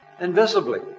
invisibly